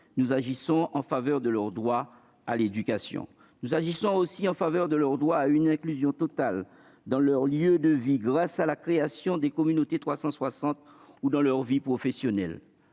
Nous agissons en faveur de leur droit à l'éducation. Nous agissons aussi en faveur de leur droit à une inclusion totale dans leur lieu de vie, grâce à la création des communautés 360, ou dans leur vie professionnelle.